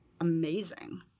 amazing